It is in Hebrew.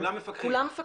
כולם מפקחים?